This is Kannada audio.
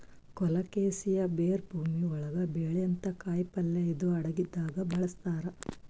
ಕೊಲೊಕೆಸಿಯಾ ಬೇರ್ ಭೂಮಿ ಒಳಗ್ ಬೆಳ್ಯಂಥ ಕಾಯಿಪಲ್ಯ ಇದು ಅಡಗಿದಾಗ್ ಬಳಸ್ತಾರ್